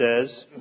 says